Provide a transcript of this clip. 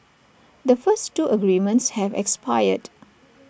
the first two agreements have expired